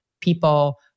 People